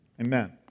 Amen